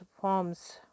forms